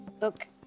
Look